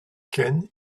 ken